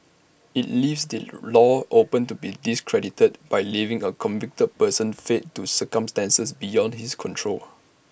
IT leaves the law open to be discredited by leaving A convicted person fate to circumstances beyond his control